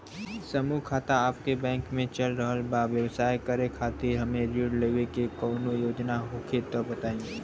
समूह खाता आपके बैंक मे चल रहल बा ब्यवसाय करे खातिर हमे ऋण लेवे के कौनो योजना होखे त बताई?